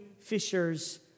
fishers